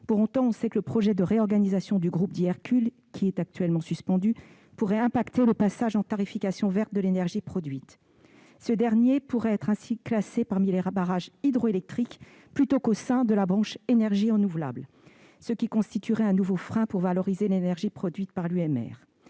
Pour autant, on sait que le projet de réorganisation du groupe, dit « Hercule », qui est actuellement suspendu, pourrait affecter le passage en tarification verte de l'énergie produite. L'UMR pourrait ainsi être classée parmi les barrages hydroélectriques, plutôt qu'au sein de la branche « énergies renouvelables », ce qui constituerait un nouveau frein pour la valorisation de l'énergie produite par l'UMR